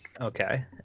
okay